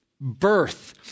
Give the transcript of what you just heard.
birth